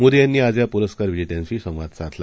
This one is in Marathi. मोदीयांनीआजयापुरस्कारविजेत्यांशीसंवादसाधला